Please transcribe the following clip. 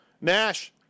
Nash